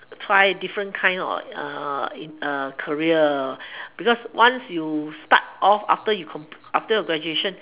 try different kinds of career because once you start off after you after your graduation